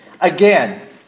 Again